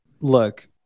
look